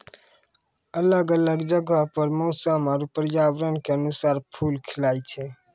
अलग अलग जगहो पर मौसम आरु पर्यावरण क अनुसार फूल खिलए छै